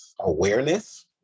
awareness